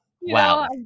Wow